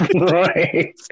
Right